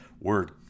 word